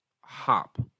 hop